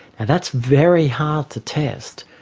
and that's very hard to test.